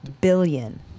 billion